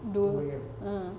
two uh